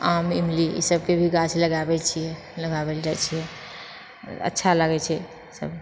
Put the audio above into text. आम इमली इसबके भी गाछ लगाबए छिए लगाओल जाइछे अच्छा लागैत छै सब